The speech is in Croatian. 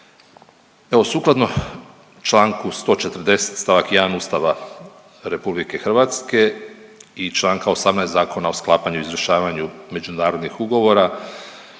Evo, sukladno čl. 140 st. 1 Ustava RH i čl. 18. Zakona o sklapanju i izvršavanju međunarodnih ugovora,